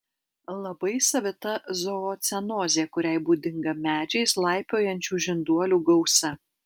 labai savita zoocenozė kuriai būdinga medžiais laipiojančių žinduolių gausa